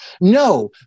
No